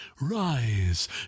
Rise